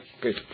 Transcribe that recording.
Good